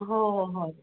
ꯍꯣ ꯍꯣꯏ